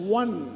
one